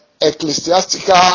ecclesiastical